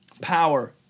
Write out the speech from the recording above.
Power